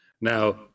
Now